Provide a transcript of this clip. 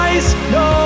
No